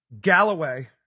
Galloway